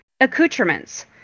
accoutrements